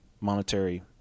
monetary